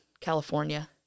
california